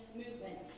movement